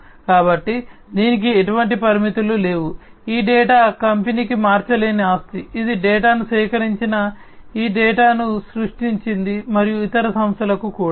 కాబట్టి దీనికి ఎటువంటి పరిమితులు లేవు ఈ డేటా కంపెనీకి మార్చలేని ఆస్తి ఇది డేటాను సేకరించిన ఈ డేటాను సృష్టించింది మరియు ఇతర సంస్థలకు కూడా